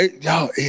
y'all